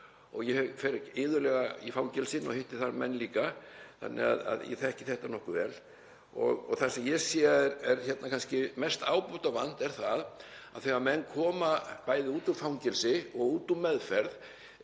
og ég fer iðulega í fangelsin og hitti þar menn líka, þannig að ég þekki þetta nokkuð vel. Það sem ég sé hérna kannski mest ábótavant er það að þegar menn koma bæði út úr fangelsi og út úr meðferð,